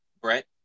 Brett